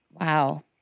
Wow